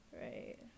right